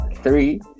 Three